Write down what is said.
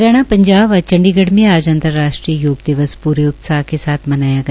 हरियाणा पंजाब व चंडीगढ़ में आज आज अंतर्राष्ट्रीय योग दिवस प्रे उत्साह के साथ मनाया गया